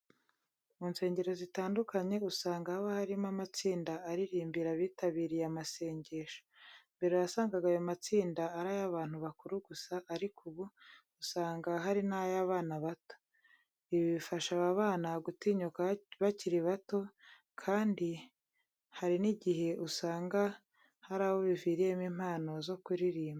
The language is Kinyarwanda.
Mu nsengero zitandukanye, usanga haba harimo amatsida aririmbira abitabiriye amasengesho. Mbere wasangaga ayo matsinda ari ay'abantu bakuru gusa ariko ubu usanga hari n'ay'abana bato. Ibi bifasha aba bana gutinyuka bakiri bato kandi hari n'igihe usanga hari abo biviriyemo impano zo kuririmba.